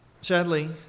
Sadly